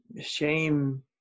shame